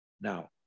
Now